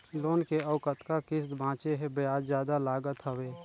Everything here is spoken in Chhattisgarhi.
लोन के अउ कतका किस्त बांचें हे? ब्याज जादा लागत हवय,